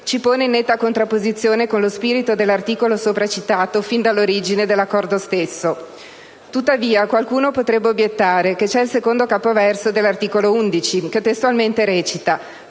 ci pone in netta contrapposizione con lo spirito dell'articolo sopra citato fin dall'origine dell'accordo stesso. Tuttavia, qualcuno potrebbe obiettare che c'è il secondo periodo dell'articolo 11, che testualmente recita: